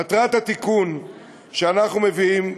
מטרת התיקון שאנחנו מביאים,